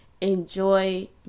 enjoy